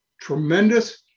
tremendous